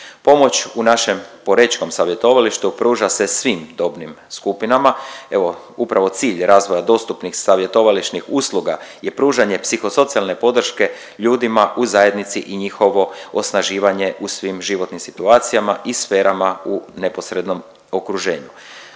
Pomoć u našem porečkom savjetovalištu pruža se svim dobnim skupinama. Evo upravo cilj razvoja dostupnih savjetovališnih usluga je pružanje psihosocijalne podrške ljudima u zajednici i njihovo osnaživanje u svim životnim situacijama i sferama u neposrednom okruženju.